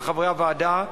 וחברי הוועדה,